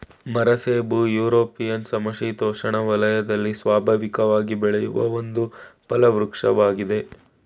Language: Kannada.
ಮರಸೇಬು ಯುರೊಪಿನ ಸಮಶಿತೋಷ್ಣ ವಲಯದಲ್ಲಿ ಸ್ವಾಭಾವಿಕವಾಗಿ ಬೆಳೆಯುವ ಒಂದು ಫಲವೃಕ್ಷವಾಗಯ್ತೆ